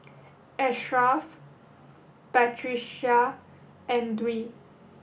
Ashraff Batrisya and Dwi